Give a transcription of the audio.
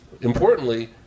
importantly